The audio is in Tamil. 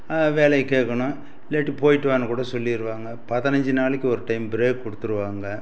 வேலையை கேட்கணும் இல்லாட்டி போய்விட்டு வான்னு கூட சொல்லிடுவாங்க பதினைஞ்சு நாளைக்கு ஒரு டைம் ப்ரேக் கொடுத்துருவாங்க